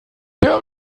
der